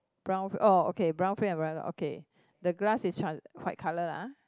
brown oh okay brown frame umbrella okay the glass is trans~ white colour lah ah